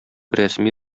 рәсми